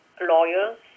lawyers